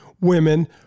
women